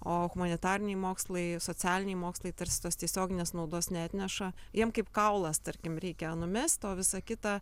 o humanitariniai mokslai socialiniai mokslai tarsi tos tiesioginės naudos neatneša jiem kaip kaulas tarkim reikia numest o visa kita